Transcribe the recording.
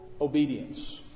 obedience